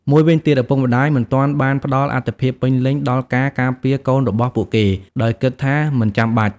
មួយវិញទៀត ឪពុកម្ដាយមិនទាន់បានផ្ដល់អាទិភាពពេញលេញដល់ការការពារកូនរបស់ពួកគេ ដោយគិតថាមិនចាំបាច់។